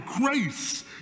grace